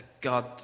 God